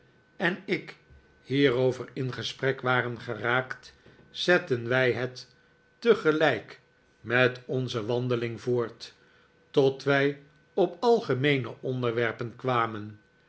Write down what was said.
en ik hierover in gesprek waren geraakt zetten wij het tegelijk met onze wandeling voort tot wij op algemeene onderwerpen kwamen